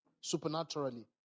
supernaturally